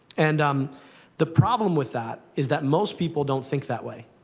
and um the problem with that is that most people don't think that way.